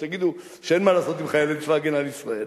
שתגידו שאין מה לעשות עם חיילי צבא-הגנה לישראל